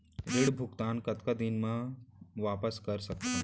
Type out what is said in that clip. ऋण भुगतान कतका दिन म वापस कर सकथन?